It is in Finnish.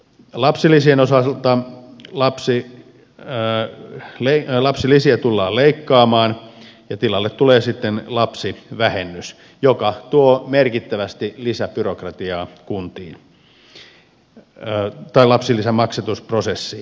lapsilisien osaa ottaa lapsi elää leveä lapsilisiä tullaan leikkaamaan ja tilalle tulee sitten lapsivähennys joka tuo merkittävästi lisäbyrokratiaa lapsilisän maksatusprosessiin